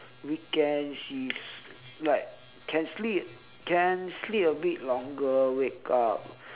weekend it's like can sleep can sleep a bit longer wake up